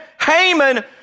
Haman